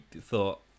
thought